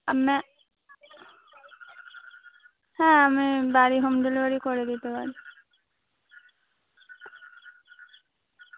আপনার হ্যাঁ আমি বাড়ি হোম ডেলিভারি করে দিতে পারি